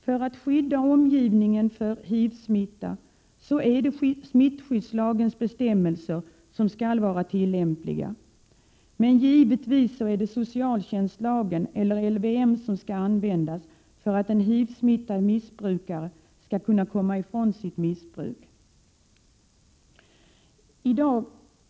För att skydda omgivningen från HIV-smitta är smittskyddslagens bestämmelser tillämpliga. Givetvis skall socialtjänstlagen eller LVM användas för att hjälpa en HIV-smittad missbrukare att komma ifrån sitt missbruk.